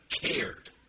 cared